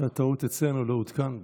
הייתה טעות אצלנו, לא עודכן.